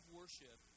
worship